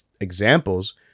examples